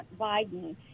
Biden